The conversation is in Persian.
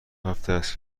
هفتست